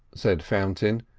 said fountain,